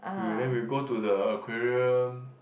we when we go to the aquarium